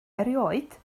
erioed